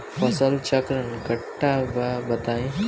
फसल चक्रण कट्ठा बा बताई?